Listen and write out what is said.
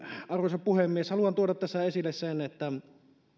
arvoisa puhemies haluan tuoda tässä esille sen että kun